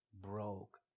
broke